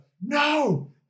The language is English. no